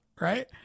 Right